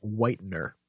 whitener